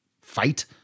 fight